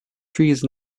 trees